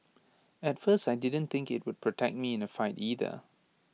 at first I didn't think IT would protect me in A fight either